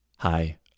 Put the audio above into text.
Hi